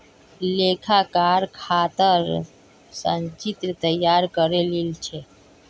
लेखाकार खातर संचित्र तैयार करे लील छ